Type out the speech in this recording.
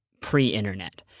pre-internet